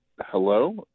hello